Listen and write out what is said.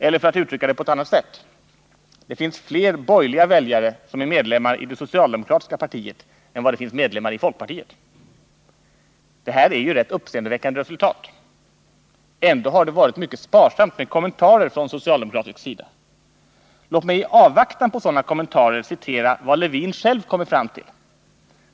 Eller för att uttrycka det på ett annat sätt: Det finns fler borgerliga väljare som är medlemmar i det socialdemokratiska partiet än vad det finns medlemmar i folkpartiet. Det här är ju ett rätt uppseendeväckande resultat. Ändå har det varit mycket sparsamt med kommentarer från socialdemokratisk sida. Låt mig i avvaktan på sådana kommentarer citera vad Lewin själv kommer fram till.